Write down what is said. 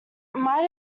might